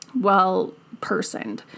well-personed